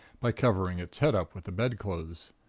by covering its head up with the bedclothes.